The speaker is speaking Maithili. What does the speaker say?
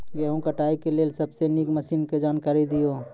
गेहूँ कटाई के लेल सबसे नीक मसीनऽक जानकारी दियो?